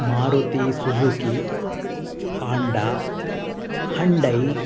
Maruti Suzuki Honda Hyundai